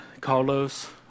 Carlos